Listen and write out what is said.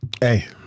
Hey